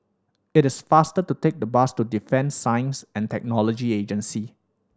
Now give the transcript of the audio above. it is faster to take the bus to Defence Science And Technology Agency